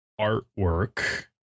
artwork